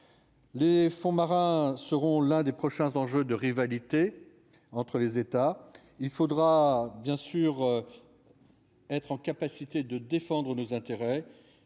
les fonds marins seront l'un des prochains enjeux de rivalité entre les États, il faudra bien sûr être en capacité de défendre nos intérêts,